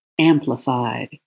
amplified